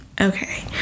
okay